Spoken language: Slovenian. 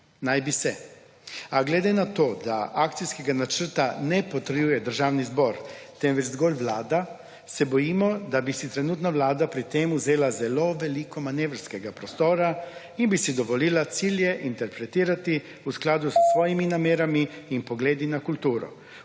Naj bi se. A glede na to, da akcijskega načrta ne potrjuje Državni zbor, temveč zgolj Vlada, se bojimo, da bi si trenutna Vlada pri tem vzela zelo veliko manevrskega prostora in bi si dovolila cilje interpretirati v skladu / znak za konec razprave/ s svojimi namerami in pogledi na kulturo.